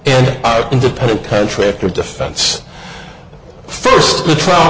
an independent contractor defense forced the trial